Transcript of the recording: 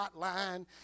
hotline